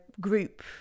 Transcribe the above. group